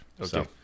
Okay